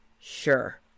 Sure